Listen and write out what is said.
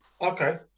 Okay